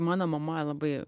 mano mama labai